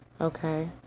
Okay